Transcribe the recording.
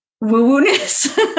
Woo-woo-ness